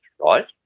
Right